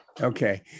Okay